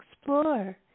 Explore